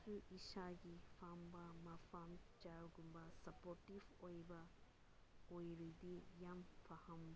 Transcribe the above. ꯏꯁꯥꯒꯤ ꯐꯝꯕ ꯃꯐꯝ ꯆꯤꯌꯥꯔꯒꯨꯝꯕ ꯁꯞꯄꯣꯔꯇꯤꯞ ꯑꯣꯏꯕ ꯑꯣꯏꯔꯗꯤ ꯌꯥꯝ ꯐꯍꯟꯕ